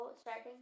starting